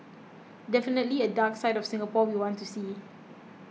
definitely a dark side of Singapore we want to see